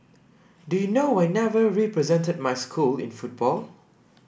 do you know I never represented my school in football